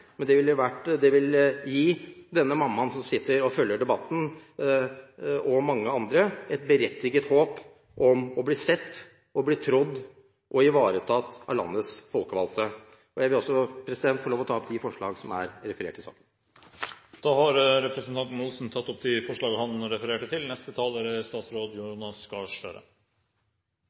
men det ville gi denne mammaen som sitter og følger debatten – og mange andre – et berettiget håp om å bli sett, trodd og ivaretatt av landets folkevalgte. Jeg vil med dette ta opp de forslagene som det er referert til i saken. Representanten Per Arne Olsen har tatt opp de forslagene han refererte til.